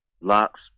locks